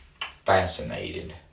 fascinated